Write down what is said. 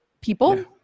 people